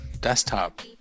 desktop